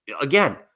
again